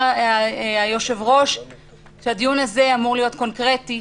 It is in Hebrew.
היושב-ראש שהדיון הזה אמור להיות קונקרטי,